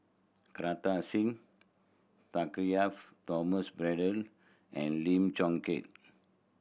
Kartar Singh Thakral Thomas Braddell and Lim Chong Keat